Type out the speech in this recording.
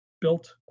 built